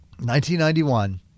1991